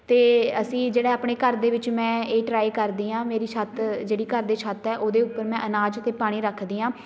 ਅਤੇ ਅਸੀਂ ਜਿਹੜਾ ਆਪਣੇ ਘਰ ਦੇ ਵਿੱਚ ਮੈਂ ਇਹ ਟਰਾਈ ਕਰਦੀ ਹਾਂ ਮੇਰੀ ਛੱਤ ਜਿਹੜੀ ਘਰ ਦੀ ਛੱਤ ਹੈ ਉਹਦੇ ਉੱਪਰ ਮੈਂ ਅਨਾਜ ਅਤੇ ਪਾਣੀ ਰੱਖਦੀ ਹਾਂ